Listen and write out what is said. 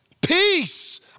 peace